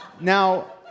Now